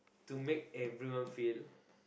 to make everyone feel